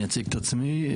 אני אציג את עצמי,